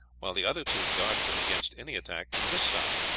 while the other two guarded them against any attack from this side.